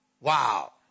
Wow